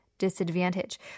Disadvantage